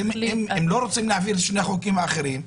אם לא רוצים להעביר את שני החוקים האחרים,